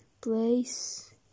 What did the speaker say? place